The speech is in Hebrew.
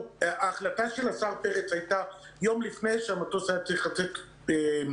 ההחלטה של השר פרץ הייתה יום לפני שהמטוס היה צריך לצאת לדרכו.